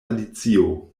alicio